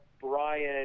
Brian